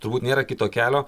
turbūt nėra kito kelio